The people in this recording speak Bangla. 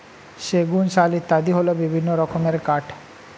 সেগুন, শাল ইত্যাদি হল বিভিন্ন রকমের কাঠ